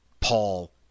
Paul